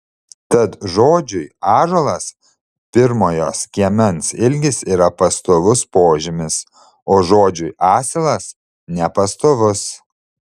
tad žodžiui ąžuolas pirmojo skiemens ilgis yra pastovus požymis o žodžiui asilas nepastovus